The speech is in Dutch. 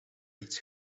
iets